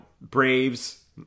Braves